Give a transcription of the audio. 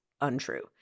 untrue